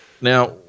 now